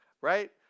right